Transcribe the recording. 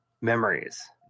memories